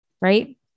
Right